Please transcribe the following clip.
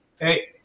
Hey